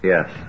Yes